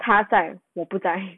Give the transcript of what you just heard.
他在我不在